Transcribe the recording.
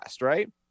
right